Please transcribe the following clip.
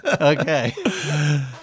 Okay